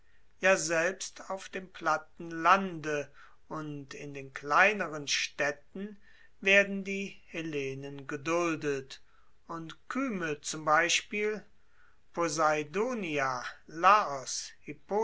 ja selbst auf dem platten lande und in den kleineren staedten werden die hellenen geduldet und kyme zum beispiel poseidonia laos